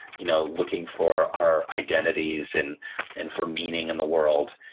you know, looking for our identities and and for meaning in the world.